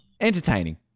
entertaining